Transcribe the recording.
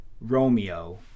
Romeo